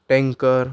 tanker